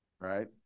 right